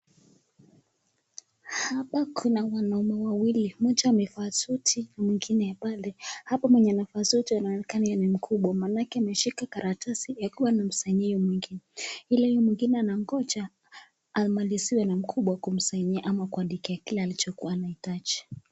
Hapa kuna wanaume wawili, moja amevaa suti na mwingine bado. Hapa mwenye amevaa suti anaonekana yeeye ni mkubwa maanake ameshika karatasi akiwa anamsignia [c] mwengine. Yule mwingine anangoja amaliziwe na mkubwa kummsignia ama kuandika kile alichokuwa anahitaji.